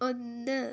ഒന്ന്